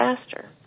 faster